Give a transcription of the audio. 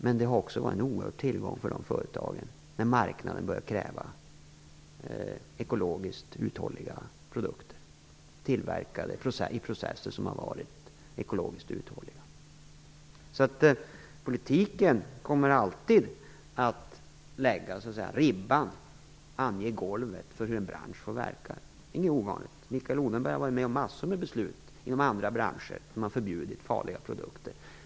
Men det har också varit en oerhörd tillgång för företagen när marknaden har börjat kräva ekologiskt uthålliga produkter, tillverkade i ekologiskt uthålliga processer. Så politiken kommer alltid att lägga ribban för hur en bransch får verka. Det är inget ovanligt. Mikael Odenberg har ju varit med om att fatta massor av beslut inom andra branscher om att förbjuda farliga produkter.